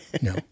no